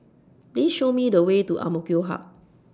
Please Show Me The Way to Amk Hub